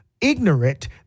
ignorant